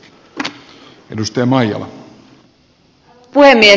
arvoisa puhemies